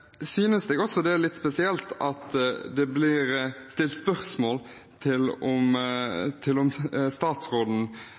også det er litt spesielt at det blir stilt spørsmål